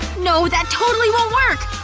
no, that totally won't work!